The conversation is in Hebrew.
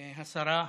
השרה,